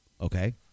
Okay